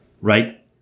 right